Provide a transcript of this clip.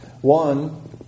One